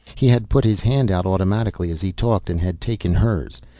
he had put his hand out automatically as he talked, and had taken hers.